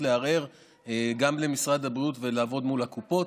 ולערער למשרד הבריאות ולעבוד מול הקופות.